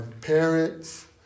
parents